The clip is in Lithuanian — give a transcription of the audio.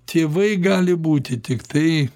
tėvai gali būti tiktai